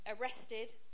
arrested